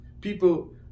People